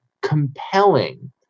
compelling